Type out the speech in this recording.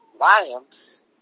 Lions